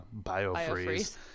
BioFreeze